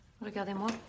Regardez-moi